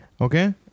Okay